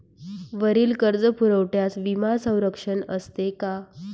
वरील कर्जपुरवठ्यास विमा संरक्षण असते का?